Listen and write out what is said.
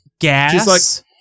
gas